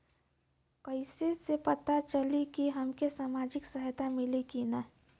कइसे से पता चली की हमके सामाजिक सहायता मिली की ना?